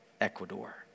Ecuador